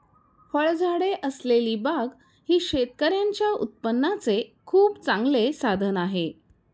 फळझाडे असलेली बाग ही शेतकऱ्यांच्या उत्पन्नाचे खूप चांगले साधन आहे